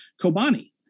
Kobani